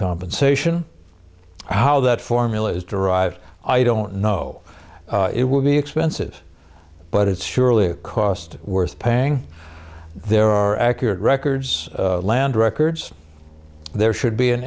compensation how that formula is derived i don't know it will be expensive but it's surely a cost worth paying there are accurate records land records there should be an